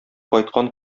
кайткан